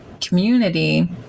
community